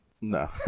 No